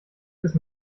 ist